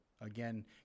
Again